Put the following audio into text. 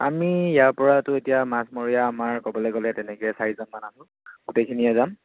আমি ইয়াৰ পৰাতো এতিয়া মাছমৰীয়া আমাৰ ক'বলৈ গ'লে তেনেকৈ চাৰিজনমান আৰু গোটেইখিনিয়ে যাম